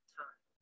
time